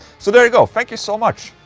so there you go, thank you so much,